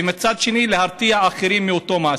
ומצד שני להרתיע אחרים מאותו מעשה.